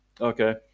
Okay